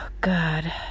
God